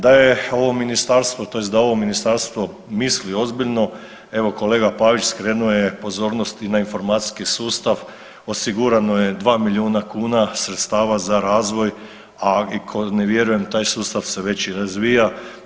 Da je ovo ministarstvo tj. da ovo ministarstvo misli ozbiljno evo kolega Pavić skrenuo je pozornost i na informacijski sustav osigurano je dva milijuna kuna sredstava za razvoj, a … ne vjerujem taj sustav se već i razvija.